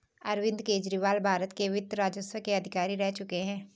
अरविंद केजरीवाल भारत के वित्त राजस्व के अधिकारी रह चुके हैं